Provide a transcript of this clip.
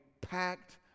packed